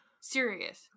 Serious